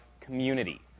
Community